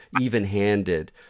even-handed